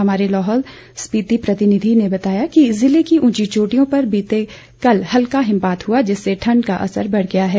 हमारे लाहौल स्पीति प्रतिनिधि ने बताया कि जिले की उंची चोटियों पर बीते कल हल्का हिमपात हुआ जिससे ठंड का असर बढ़ गया है